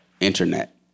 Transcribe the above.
Internet